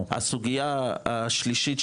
הסוגיה השלישית,